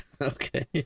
okay